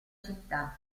città